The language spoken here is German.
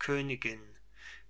königin